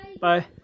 Bye